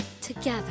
together